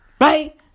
Right